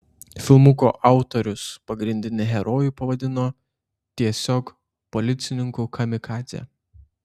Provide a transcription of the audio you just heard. filmuko autorius pagrindinį herojų pavadino tiesiog policininku kamikadze